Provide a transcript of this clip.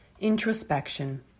Introspection